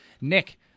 Nick